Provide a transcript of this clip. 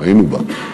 היינו בה,